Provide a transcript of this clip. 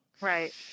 Right